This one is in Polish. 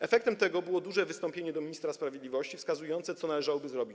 Efektem tego było duże wystąpienie do ministra sprawiedliwości wskazujące, co należałoby zrobić.